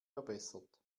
verbessert